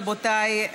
רבותיי,